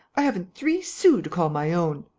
i haven't three sous to call my own.